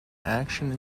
action